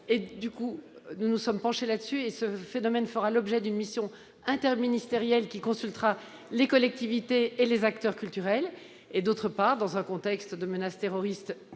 grands groupes. Nous nous sommes penchés sur ce point. Ce phénomène fera l'objet d'une mission interministérielle, qui consultera les collectivités et les acteurs culturels. D'autre part, dans un contexte de menace terroriste